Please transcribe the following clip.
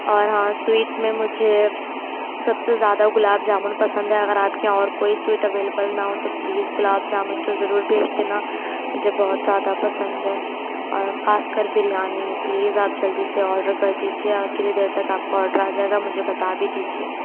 اور ہاں سویٹ میں مجھے سب سے زیادہ گلاب جامن پسند ہے اگر آپ کے یہاں اور کوئی سویٹ اویلیبل نہ ہو تو پلیز گلاب جامن تو ضرور بھیج دینا مجھے بہت زیادہ پسند ہے اور خاص کر بریانی پلیز آپ جلدی سے آرڈر کر دیجیے اور کتنی دیر تک آپ كا آرڈر آ جائے گا مجھے بتا بھی دیجیے